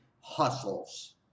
hustles